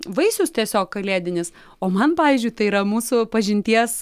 vaisius tiesiog kalėdinis o man pavyzdžiui tai yra mūsų pažinties